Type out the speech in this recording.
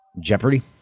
Jeopardy